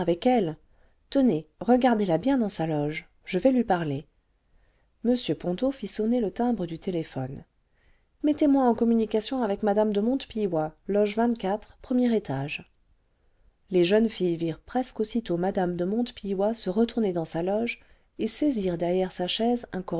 tenez regardez-la bien dans sa loge je vais lui parler m ponto fit sonner le timbre du téléphone ie vingtième siècle mettez-moi en communication avec mme de montepilloy loge er étage les jeunes filles virent presque aussitôt mme de montepilloy se retourner dans sa loge et saisir derrière sa chaise